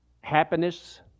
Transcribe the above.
happiness